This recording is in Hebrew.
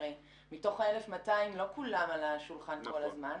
הרי מתוך ה-1,200 לא כולם על השולחן כל הזמן.